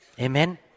Amen